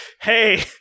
hey